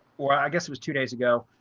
or i guess it was two days ago.